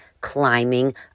climbing